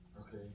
Okay